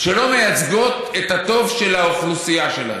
שלא מייצגות את הטוב של האוכלוסייה שלהן.